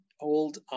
old